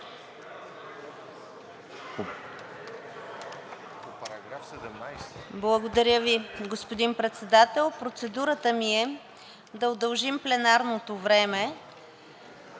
Благодаря Ви, господин Председател. Процедурата ми е да удължим пленарното време